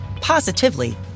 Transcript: positively